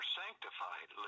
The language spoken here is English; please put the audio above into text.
sanctified